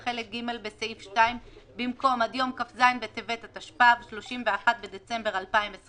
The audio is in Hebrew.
בחלק ג' בסעיף 2 במקום עד יום כ"ז בטבת התשפ"א (31 בדצמבר 2021)